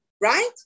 right